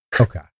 Okay